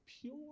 pure